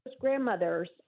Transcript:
grandmothers